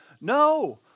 No